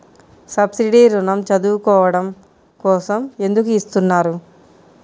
Subsidy ఋణం చదువుకోవడం కోసం ఎందుకు ఇస్తున్నారు?